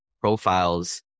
profiles